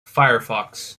firefox